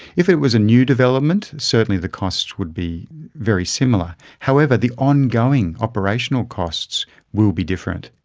if it was a new development, certainly the costs would be very similar. however, the ongoing operational costs will be different.